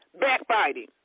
backbiting